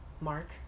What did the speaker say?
mark